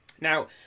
Now